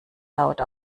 laut